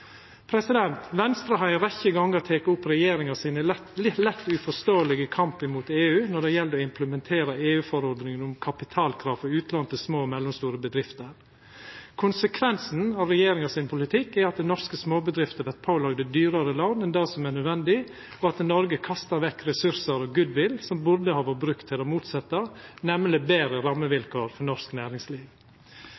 Venstre har ei rekkje gonger teke opp regjeringa sin litt uforståelege kamp mot EU når det gjeld å implementere EU-forordninga om kapitalkrav for utlån til små og mellomstore bedrifter. Konsekvensen av regjeringa sin politikk er at norske småbedrifter vert pålagde dyrare lån enn det som er nødvendig, og at Noreg kastar vekk ressursar og goodwill som burde ha vore brukte til det motsette, nemleg betre